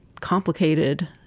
complicated